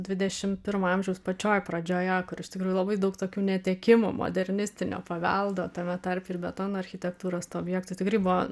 dvidešim pirmo amžiaus pačioj pradžioje kur iš tikrųjų labai daug tokių netekimų modernistinio paveldo tame tarpe ir betono architektūros tų objektų tikrai buvo